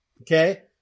Okay